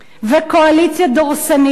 וקואליציה דורסנית,